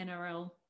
nrl